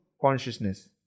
consciousness